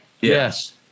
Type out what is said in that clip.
Yes